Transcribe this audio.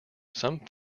some